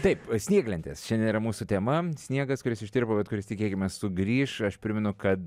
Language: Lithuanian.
taip snieglentės šiandien yra mūsų tema sniegas kuris ištirpo bet kuris tikėkimės sugrįš aš primenu kad